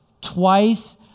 twice